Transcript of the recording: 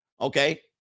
okay